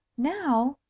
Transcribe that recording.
now?